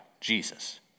Jesus